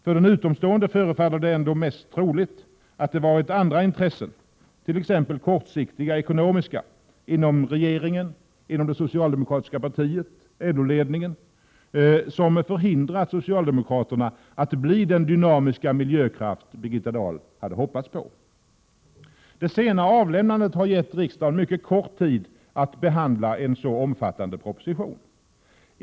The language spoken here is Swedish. För den utomstående förefaller det ändå mest troligt att det varit andra intressen, t.ex. kortsiktiga ekonomiska, inom regeringen, det socialdemokratiska partiet och LO-ledningen, som förhindrat socialdemokraterna att bli den dynamiska miljökraft Birgitta Dahl hade hoppats på. Det sena avlämnandet av propositionen har gett riksdagen mycket kort tid att behandla en så omfattande proposition.